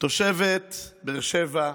תושבת באר שבע,